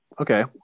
okay